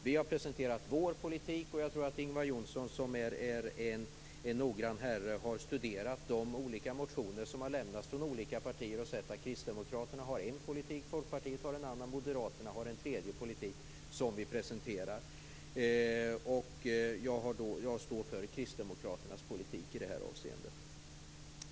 Vi har presenterat vår politik, och jag tror att Ingvar Johnsson, som är en noggrann herre, har studerat de motioner som har lämnats från olika partier och sett att Kristdemokraterna har en politik, Folkpartiet en annan och Moderaterna en tredje politik. Jag står för Kristdemokraternas politik i det här avseendet.